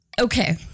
okay